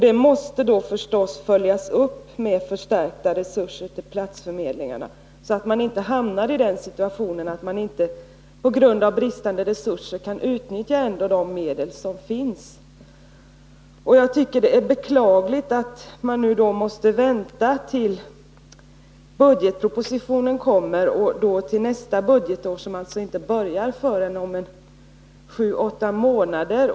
Detta måste förstås följas upp med en förstärkning av platsförmedlingarnas resurser, så att man inte hamnar i den situationen att man på grund av brist på resurser inte kan utnyttja de medel som ändå finns. Jag tycker att det är beklagligt att man måste vänta tills nästa budgetproposition läggs fram, och nästa budgetår börjar ju inte förrän om sju åtta månader.